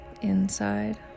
inside